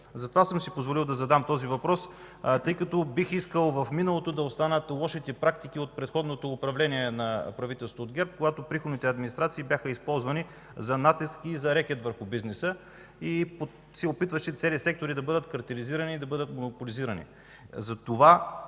Затова съм си позволил да задам този въпрос, тъй като бих искал в миналото да останат лошите практики от предходното управление на правителството на ГЕРБ, когато приходните администрации бяха използвани за натиск и за рекет върху бизнеса, и имаше опити цели сектори да бъдат картелизирани и монополизирани.